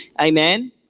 Amen